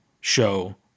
show